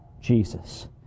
Jesus